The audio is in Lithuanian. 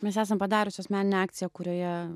mes esam padariusios meninę akciją kurioje